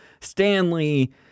Stanley